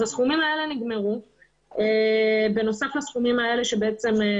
אז הסכומים האלה נגמרו בנוסף לסכומים שאיבדנו,